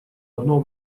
одно